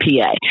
PA